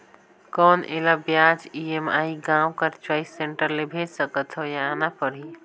कौन एला ब्याज ई.एम.आई गांव कर चॉइस सेंटर ले भेज सकथव या आना परही?